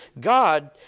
God